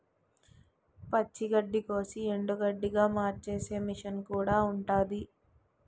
పచ్చి గడ్డికోసి ఎండుగడ్డిగా మార్చేసే మిసన్ కూడా ఉంటాది